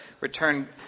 return